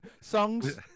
songs